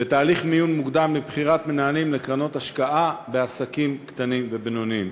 בתהליך מיון מוקדם לבחירת מנהלים לקרנות השקעה בעסקים קטנים ובינוניים.